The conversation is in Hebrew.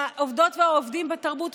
העובדות והעובדים בתרבות.